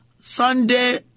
Sunday